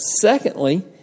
Secondly